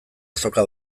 azoka